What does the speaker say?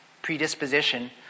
predisposition